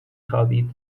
خوابید